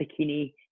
bikini